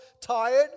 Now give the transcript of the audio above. tired